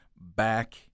back